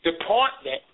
department